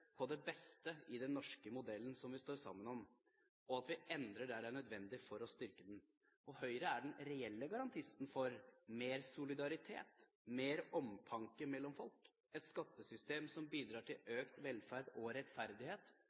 på det beste i den norske modellen, som vi står sammen om, og at vi endrer der det er nødvendig for å styrke den. Høyre er den reelle garantisten for mer solidaritet, mer omtanke mellom folk, et skattesystem som bidrar til økt velferd og rettferdighet